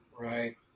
Right